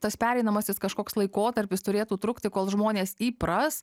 tas pereinamasis kažkoks laikotarpis turėtų trukti kol žmonės įpras